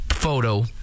photo